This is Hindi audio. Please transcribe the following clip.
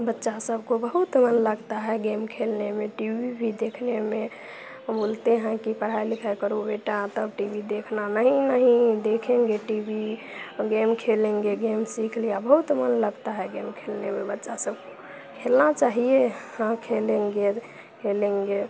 बच्चा सबको बहुत मन लगता है गेम खेलने में टी वी भी देखने में बोलते हैं कि पढ़ाई लिखाई करो बेटा तब टी वी देखना नहीं मम्मी देखेंगे टी वी गेम खेलेंगे गेम सीख लिया बहुत मन लगता है गेम खेलने में बच्चा सब खेलना चाहिए हाँ खेलेंगे अब खेलेंगे